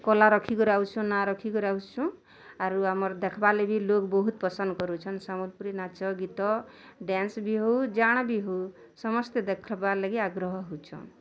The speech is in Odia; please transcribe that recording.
କଲା ରଖିକରି ଆଉସୁଁ ନା ରଖିକରି ଆଉସୁଁ ଆରୁ ଆମର ଦେଖ୍ବାର୍ ଲାଗି ଲୋଗ୍ ବହୁତ୍ ପସନ୍ଦ କରୁଛନ୍ ସମ୍ବଲପୁରୀ ନାଚ୍ ଗୀତ୍ ଡ଼୍ୟାନ୍ସ ବି ହଉ ଯାଆଁଣା ବି ହଉ ସମସ୍ତେ ଦେଖ୍ବାର୍ ଲାଗି ଆଗ୍ରହ ହେଉଛନ୍